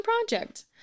project